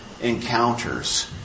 encounters